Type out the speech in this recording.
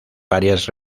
varias